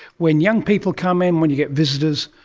when young people come in, when you get visitors,